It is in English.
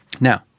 Now